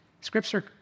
Scripture